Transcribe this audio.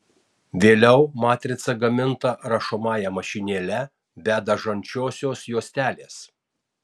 vėliau matrica gaminta rašomąja mašinėle be dažančiosios juostelės